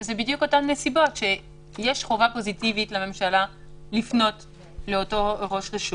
אלו בדיוק אותן נסיבות שיש חובה פוזיטיבית לממשלה לפנות לאותו ראש רשות,